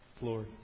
Lord